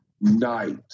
night